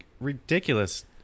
ridiculous